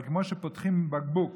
אבל כמו שפותחים בקבוק